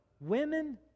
women